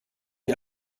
die